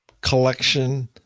collection